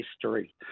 history